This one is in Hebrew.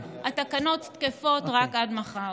התקנות תקפות רק עד מחר.